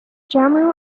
jammu